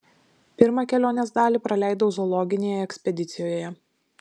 pirmą kelionės dalį praleidau zoologinėje ekspedicijoje